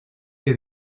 que